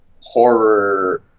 horror